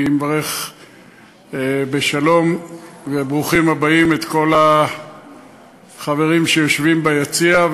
אני מברך בשלום וברוכים הבאים את כל החברים שיושבים ביציע,